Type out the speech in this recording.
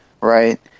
right